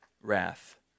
wrath